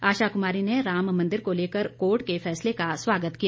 आशा कुमारी ने राम मंदिर को लेकर कोर्ट के फैसले का स्वागत किया